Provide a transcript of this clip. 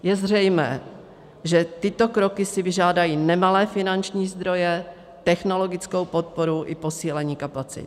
Je zřejmé, že tyto kroky si vyžádají nemalé finanční zdroje, technologickou podporu i posílení kapacit.